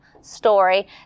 story